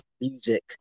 music